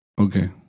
Okay